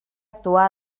actuar